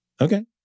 Okay